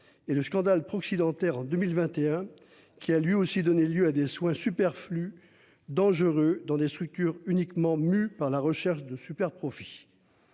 et le scandale proxy dentaire en 2021 qui a lui aussi donné lieu à des soins superflu dangereux dans des structures uniquement mus par la recherche de super profits.